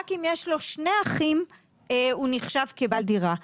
רק אם יש לו שני אחים הוא נחשב כבעל דירה.